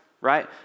right